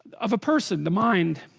of a person the mind